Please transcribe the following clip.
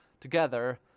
together